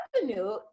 revenue